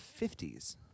50s